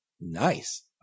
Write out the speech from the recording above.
Nice